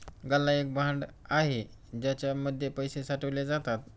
गल्ला एक भांड आहे ज्याच्या मध्ये पैसे साठवले जातात